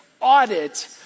audit